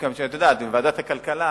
את יודעת, עם ועדת הכלכלה,